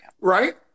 right